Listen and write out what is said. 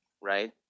right